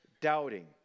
doubting